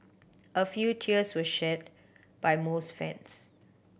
a few tears were shed by most fans